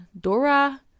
Dora